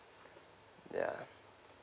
ya